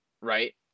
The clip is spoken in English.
right